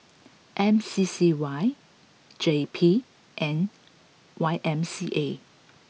M C C Y J P and Y M C A